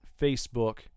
Facebook